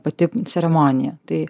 pati ceremonija tai